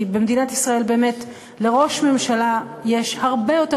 כי במדינת ישראל באמת יש לראש ממשלה הרבה יותר